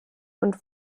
und